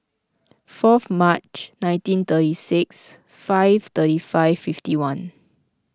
fourth March nineteen thirty six five thirty five fifty one